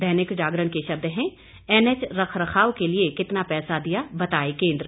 दैनिक जागरण के शब्द हैं एनएच रखरखाव के लिए कितना पैसा दिया बताए केंद्र